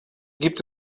gibt